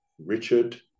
Richard